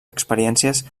experiències